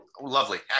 lovely